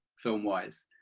film-wise,